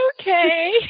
okay